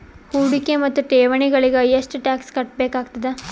ಹೂಡಿಕೆ ಮತ್ತು ಠೇವಣಿಗಳಿಗ ಎಷ್ಟ ಟಾಕ್ಸ್ ಕಟ್ಟಬೇಕಾಗತದ?